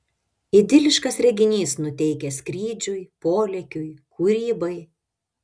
idiliškas reginys nuteikia skrydžiui polėkiui kūrybai